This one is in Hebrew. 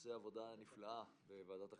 עושה עבודה נפלאה בוועדת החינוך,